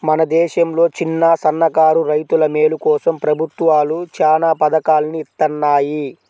మన దేశంలో చిన్నసన్నకారు రైతుల మేలు కోసం ప్రభుత్వాలు చానా పథకాల్ని ఇత్తన్నాయి